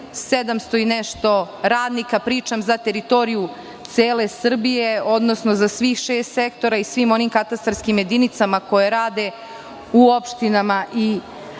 2700 i nešto radnika. Pričam za teritoriju cele Srbije, odnosno za svih šest sektora i svim onim katastarskim jedinicama koje rade u opštinama i